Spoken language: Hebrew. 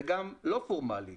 וגם לא פורמלית,